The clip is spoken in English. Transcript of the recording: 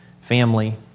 family